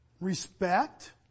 respect